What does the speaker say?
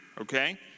okay